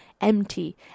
empty